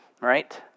right